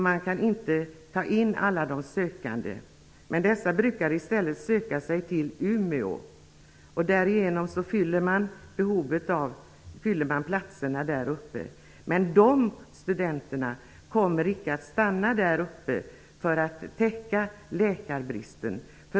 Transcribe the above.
Man kan inte ta in alla sökande. Dessa brukar i stället söka sig till Umeå. Därigenom fyller man platserna där uppe. Men de studenterna kommer icke att stanna där uppe för att täcka läkarbristen.